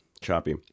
choppy